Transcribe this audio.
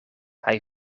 hij